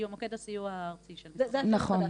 מוקד הסיוע הארצי --- נכון,